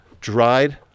dried